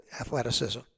athleticism